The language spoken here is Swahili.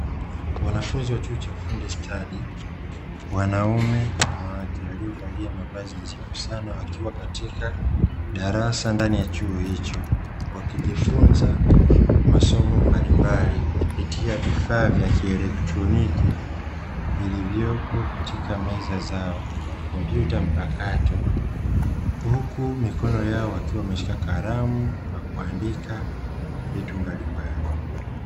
Wanafunzi wa chuo cha ufundi stadi, wanaume kwa wanawake, waliovalia mavazi nadhifu sana, wakiwa katika darasa ndani ya chuo hicho, wakijifunza masomo mbalimbali kupitia vifaa vya kielektroniki vilivyopo katika meza zao; kompyuta mpakato, huku mikono yao wakiwa wameshika kalamu kwa kuandika vitu mbalimbali.